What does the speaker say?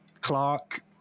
Clark